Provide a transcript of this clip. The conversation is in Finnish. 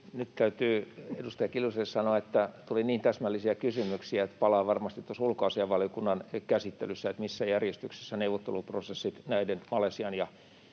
Nyt täytyy edustaja Kiljuselle sanoa, että tuli niin täsmällisiä kysymyksiä, että palaan varmasti tuossa ulkoasiainvaliokunnan käsittelyssä siihen, missä järjestyksessä neuvotteluprosessit Malesian ja